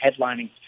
headlining